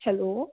hello